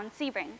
Sebring